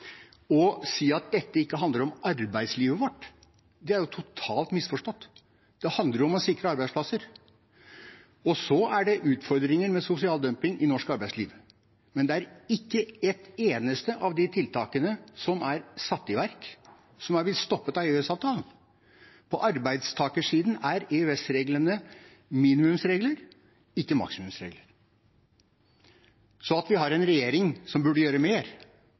Å si at dette ikke handler om arbeidslivet vårt, er totalt misforstått. Det handler om å sikre arbeidsplasser. Det er utfordringer med sosial dumping i norsk arbeidsliv, men det er ikke et eneste av de tiltakene som er satt i verk, som er blitt stoppet av EØS-avtalen. På arbeidstakersiden er EØS-reglene minimumsregler, ikke maksimumsregler. Så at vi har en regjering som burde gjøre mer,